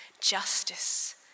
justice